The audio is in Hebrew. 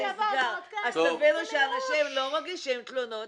אז תבינו שאנשים לא מגישים תלונות.